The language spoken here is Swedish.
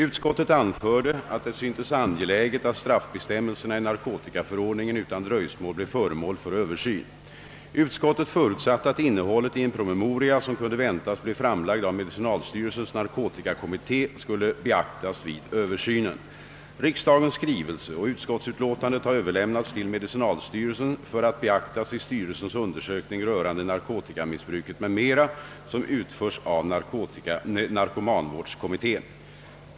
Utskottet anförde att det syntes angeläget att straffbestämmelserna i narkotikaförordningen utan dröjsmål blev föremål för översyn. Utskottet förutsatte att innehållet i en promemoria, som kunde väntas bli framlagd av medicinalstyrelsens narkomanvårdskommitté, skulle beaktas vid översynen. Riksdagens skrivelse och utskottsutlåtandet har överlämnats till medicinalstyrelsen för att beaktas vid styrelsens undersökning rörande narkotikamissbruket m.m., söm utförs av narkomanvårdskommittén.